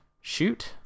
Shoot